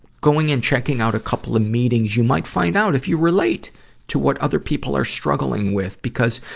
going and checking out a couple of meetings, you might find out if you relate to what other people are struggling with. because,